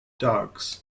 dogs